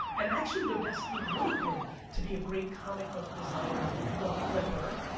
and actually, their destiny would have been to be a great comic book designer or flipper.